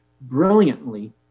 brilliantly